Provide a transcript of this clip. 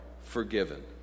forgiven